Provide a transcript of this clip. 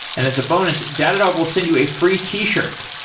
and as a bonus, datadog will send you a free t-shirt.